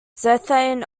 xanthine